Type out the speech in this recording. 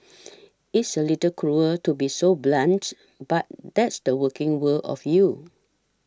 it's a little cruel to be so blunt but that's the working world of you